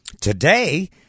Today